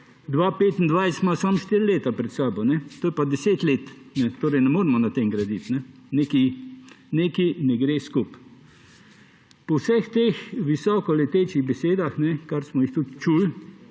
2016–2025 ima samo štiri leta pred seboj, tu je pa deset let, torej ne moremo na tem graditi, nekaj ne gre skupaj. Po vseh teh visokoletečih besedah, kar smo jih tudi čuli